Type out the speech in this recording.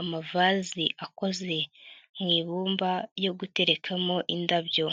amavazi akoze mu ibumba yo guterekamo indabyo.